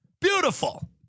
Beautiful